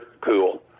cool